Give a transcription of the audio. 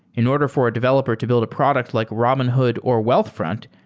in order for a developer to build a product like robinhood or wealthfront,